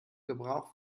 gebrauch